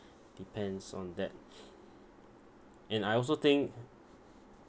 depends on that and I also think